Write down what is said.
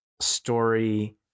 story